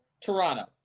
Toronto